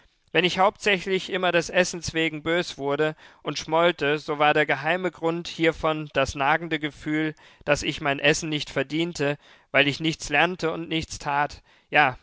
wenn ich hauptsächlich immer des essens wegen bös wurde und schmollte so war der geheime grund hiervon das nagende gefühl daß ich mein essen nicht verdiente weil ich nichts lernte und nichts tat ja